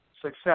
Success